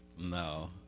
No